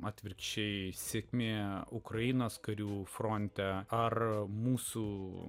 atvirkščiai sėkmė ukrainos karių fronte ar mūsų